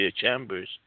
chambers